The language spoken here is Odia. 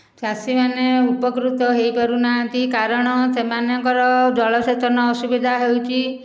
ଚାଷୀମାନେ ଉପକୃତ ହୋଇପାରୁନାହାନ୍ତି କାରଣ ସେମାନଙ୍କର ଜଳ ସେଚନ ଅସୁବିଧା ହେଉଛି